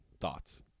thoughts